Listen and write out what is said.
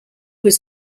was